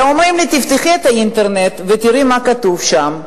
ואומרים לי: תפתחי את האינטרנט ותראי מה כתוב שם.